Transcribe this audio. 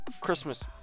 christmas